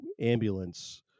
ambulance